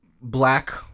black